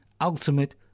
Ultimate